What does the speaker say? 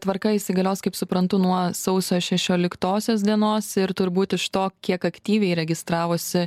tvarka įsigalios kaip suprantu nuo sausio šešioliktosios dienos ir turbūt iš to kiek aktyviai registravosi